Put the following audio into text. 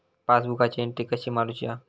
पासबुकाची एन्ट्री कशी मारुची हा?